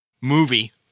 movie